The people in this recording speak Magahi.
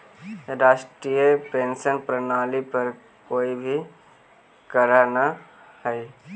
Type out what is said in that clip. राष्ट्रीय पेंशन प्रणाली पर कोई भी करऽ न हई